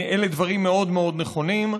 אלה דברים מאוד מאוד נכונים.